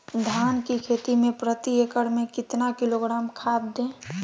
धान की खेती में प्रति एकड़ में कितना किलोग्राम खाद दे?